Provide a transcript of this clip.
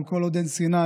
אבל כל עוד אין סיני,